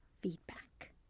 feedback